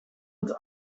het